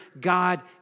God